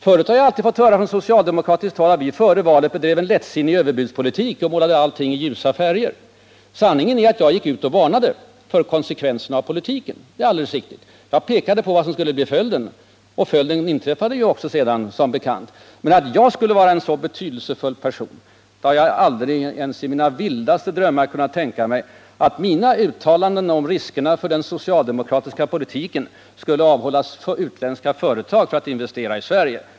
Förut har jag alltid fått höra från socialdemokratiskt håll att vi före valet bedrev en lättsinnig överbudspolitik och målade allting i ljusa färger. Sanningen är att jag gick ut och varnade för konsekvenserna av den då förda politiken. Jag pekade på vad som skulle bli följden, och följden inträffande också sedan, som bekant. Men jag har aldrig ens i mina vildaste drömmar kunnat tänka mig att mina uttalanden om risken med den socialdemokratiska politiken skulle avhålla utländska företag från att investera i Sverige.